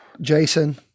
Jason